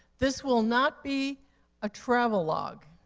this will not be a travel log.